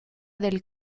del